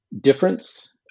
difference